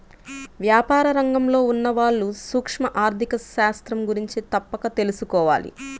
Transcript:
వ్యాపార రంగంలో ఉన్నవాళ్ళు సూక్ష్మ ఆర్ధిక శాస్త్రం గురించి తప్పక తెలుసుకోవాలి